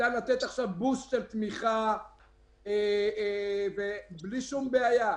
ניתן לתת עכשיו בוסט של תמיכה בלי שום בעיה.